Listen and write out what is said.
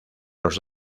los